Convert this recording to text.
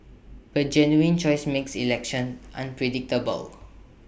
but genuine choice makes elections unpredictable